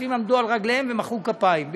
הכספים עמדו על רגליהם ומחאו כפיים.